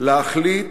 להחליט